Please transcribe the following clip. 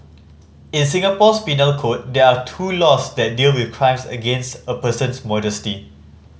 in Singapore's penal code there are two laws that deal with crimes against a person's modesty